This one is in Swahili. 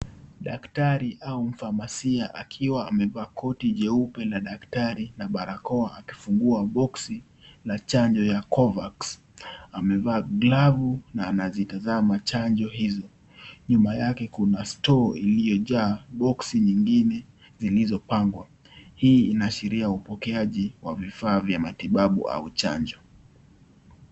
Daktari au mfamasia akiwa amevaa koti jeupe ya daktari na barakoa amefungua boksi la chanjo za Covax. Amevaa glavu na anazitazama chanjo hizo. Nyuma yake kuna stoo iliyojaa boksi nyingine zilizopangwa. Hii inaashiria upokeaji wa vifaa za matibabu au chanjo.